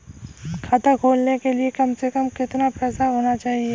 खाता खोलने के लिए कम से कम कितना पैसा होना चाहिए?